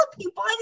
people